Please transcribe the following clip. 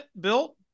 built